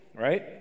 right